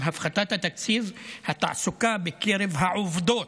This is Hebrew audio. עם הפחתת התקציב, התעסוקה בקרב העובדות